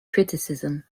criticism